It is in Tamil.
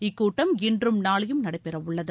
இக்கூட்டம் இன்றும் நாளையும் நடைபெறவுள்ளது